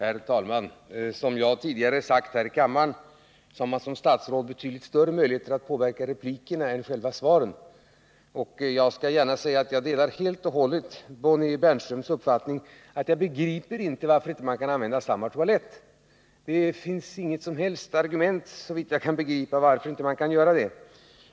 Herr talman! Som jag tidigare sagt här i kammaren har man som statsråd betydligt större möjligheter att påverka replikerna än själva svaren. Jag skall gärna säga att jag helt och hållet delar Bonnie Bernströms uppfattning. Jag begriper inte varför man inte kan använda samma toalett; såvitt jag kan förstå finns det inga som helst argument mot det.